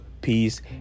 peace